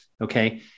Okay